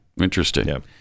Interesting